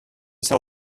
sell